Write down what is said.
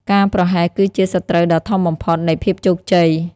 ការប្រហែសគឺជាសត្រូវដ៏ធំបំផុតនៃភាពជោគជ័យ។